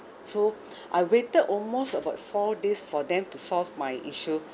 so I waited almost about four days for them to solve my issue